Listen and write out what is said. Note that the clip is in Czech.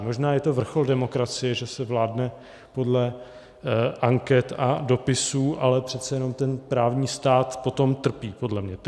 Možná je to vrchol demokracie, že se vládne podle anket a dopisů, ale přece jenom právní stát potom podle mě trpí.